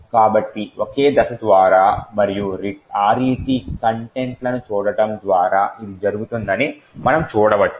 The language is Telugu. కాబట్టి ఒకే దశ ద్వారా మరియు RET కంటెంట్లను చూడటం ద్వారా ఇది జరుగుతుందని మనం చూడవచ్చు